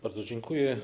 Bardzo dziękuję.